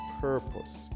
purpose